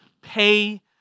pay